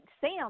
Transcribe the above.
Sam